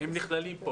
הם נכללים?